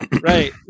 Right